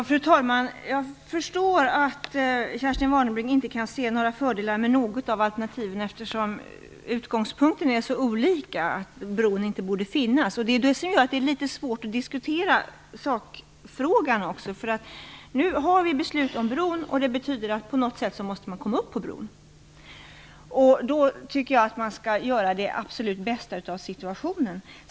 Fru talman! Jag förstår att Kerstin Warnerbring inte kan se några fördelar med något av alternativen, eftersom utgångspunkterna är så olika och hon menar att bron inte borde finnas. Det är det som gör att det är litet svårt att diskutera sakfrågan. Nu har vi ett beslut om bron, och det betyder att vi också på något sätt måste göra det möjligt att komma upp på bron. Jag tycker då att man skall göra det absolut bästa av situationen.